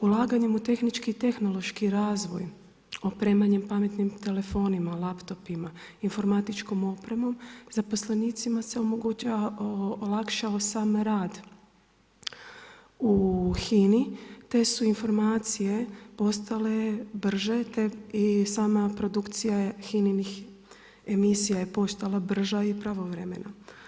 Ulaganjem u tehnički i tehnološki razvoj, opremanje pametnim telefonima, laptopima, informatičkom opremom, zaposlenicima se olakšava sam rad u HINA-i te su informacije postale brže te i sama produkcija je HINA-inih emisija postala brža i pravovremena.